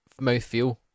mouthfeel